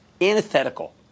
antithetical